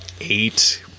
eight